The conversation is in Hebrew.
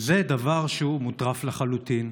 זה דבר שהוא מוטרף לחלוטין.